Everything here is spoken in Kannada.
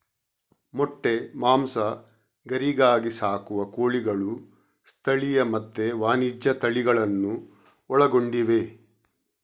ಮೊಟ್ಟೆ, ಮಾಂಸ, ಗರಿಗಾಗಿ ಸಾಕುವ ಕೋಳಿಗಳು ಸ್ಥಳೀಯ ಮತ್ತೆ ವಾಣಿಜ್ಯ ತಳಿಗಳನ್ನೂ ಒಳಗೊಂಡಿವೆ